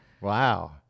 Wow